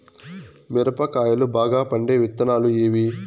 మిరప కాయలు బాగా పండే విత్తనాలు ఏవి